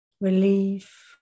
relief